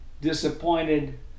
disappointed